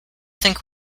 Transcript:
think